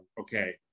okay